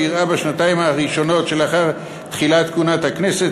שאירעה בשנתיים הראשונות שלאחר תחילת כהונת הכנסת,